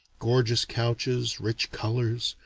gorgeous couches, rich colors,